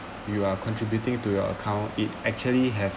you are contributing to your account it actually have